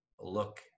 look